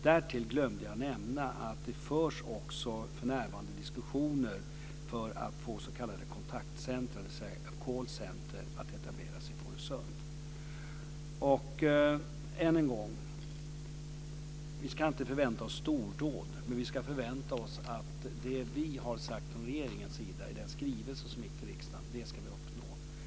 Därtill glömde jag nämna att det för närvarande också förs diskussioner för att få s.k. kontaktcentrum, call center, att etableras i Fårösund. Än en gång: Vi ska inte förvänta oss stordåd. Men vi ska förvänta oss att det vi från regeringens sida har sagt i den skrivelse som överlämnades till riksdagen ska vi uppnå.